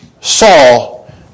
Saul